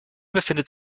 befindet